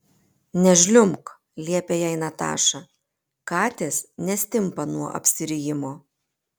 nežliumbk liepė jai nataša katės nestimpa nuo apsirijimo